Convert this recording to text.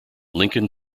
lincoln